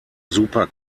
super